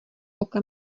oka